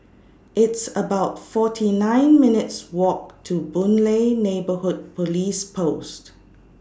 It's about forty nine minutes' Walk to Boon Lay Neighbourhood Police Post